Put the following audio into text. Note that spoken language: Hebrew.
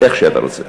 איך שאתה רוצה.